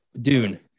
Dune